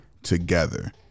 Together